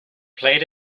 played